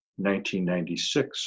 1996